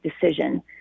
decision